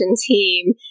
team